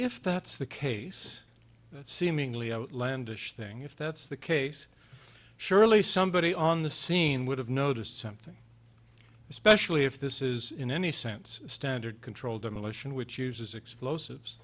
if that's the case seemingly outlandish thing if that's the case surely somebody on the scene would have noticed something especially if this is in any sense standard controlled demolition which uses explosives